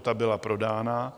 Ta byla prodána.